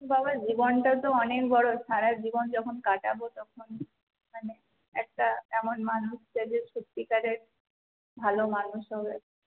বাবা জীবনটা তো অনেক বড় সারা জীবন যখন কাটাবো তখন মানে একটা এমন মানুষ যাকে সত্যিকারের ভালো মানুষ হবে